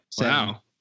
Wow